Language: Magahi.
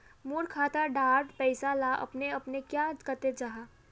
मोर खाता डार पैसा ला अपने अपने क्याँ कते जहा?